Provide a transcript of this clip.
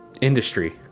industry